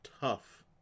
tough